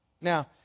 Now